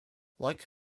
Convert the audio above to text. like